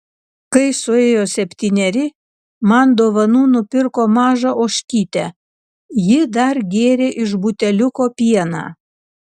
kai suėjo septyneri man dovanų nupirko mažą ožkytę ji dar gėrė iš buteliuko pieną